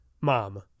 mom